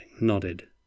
nodded